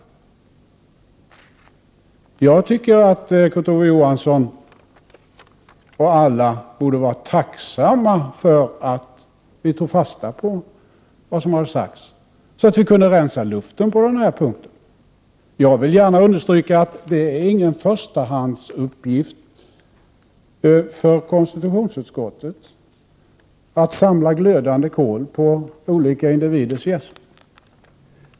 Jag tycker att Kurt Ove Johansson och alla andra borde vara tacksamma för att vi tog fasta på vad som hade sagts så att vi kunde rensa luften på den punkten. Jag vill gärna understryka att det inte är någon förstahandsuppgift för konstitutionsutskottet att samla glödande kol på olika individers hjässor.